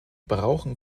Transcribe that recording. brauchen